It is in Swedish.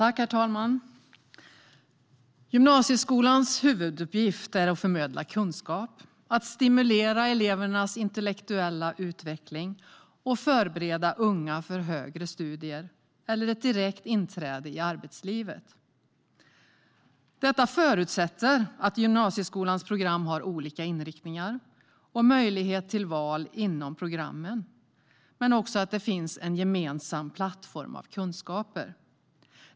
Herr talman! Gymnasieskolans huvuduppgift är att förmedla kunskap, att stimulera elevernas intellektuella utveckling och förbereda unga för högre studier eller ett direkt inträde i arbetslivet. Detta förutsätter att gymnasieskolans program har olika inriktningar, möjlighet till val inom programmen och en gemensam plattform av kunskaper.